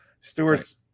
Stewart's